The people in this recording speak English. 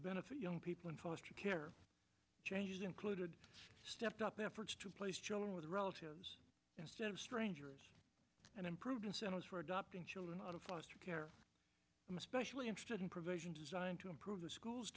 benefit young people in foster care changes included stepped up efforts to place children with relatives instead of strangers and improved incentives for adopting children out of foster care i'm especially interested in provisions designed to improve the school